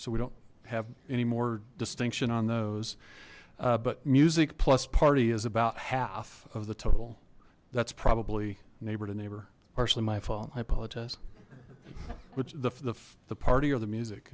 so we don't have any more distinction on those but music plus party is about half of the total that's probably neighbor to neighbor partially my fault i apologize but the party or the music